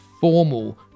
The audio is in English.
formal